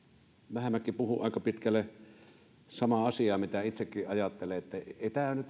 vähämäki puhui aika pitkälle samaa asiaa mitä itsekin ajattelen ei tämä nyt